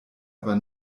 aber